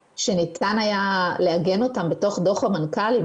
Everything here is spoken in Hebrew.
שניתן היה לעגן אותם בתוך דוח המנכ"לים,